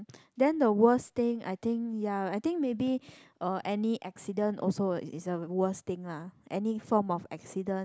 then the worst thing I think ya I think maybe uh any accident also is is a worst thing lah any form of accident